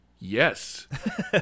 Yes